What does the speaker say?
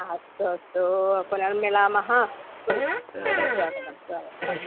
अस्तु अस्तु पुनर्मिलामः पुन् स्वागतं स्वागतम् अस्तु